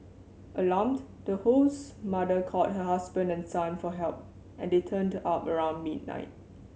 alarmed the host's mother called her husband and son for help and they turned up around midnight